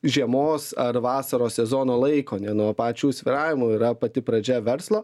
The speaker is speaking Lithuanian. žiemos ar vasaros sezono laiko ne nuo pačių svyravimų yra pati pradžia verslo